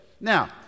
Now